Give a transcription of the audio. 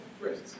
first